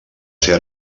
ser